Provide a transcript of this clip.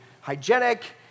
hygienic